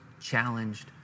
challenged